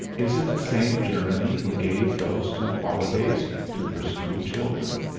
is it the same germany who gave those two holidays to her school children?